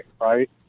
right